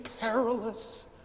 perilous